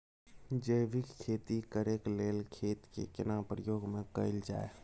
जैविक खेती करेक लैल खेत के केना प्रयोग में कैल जाय?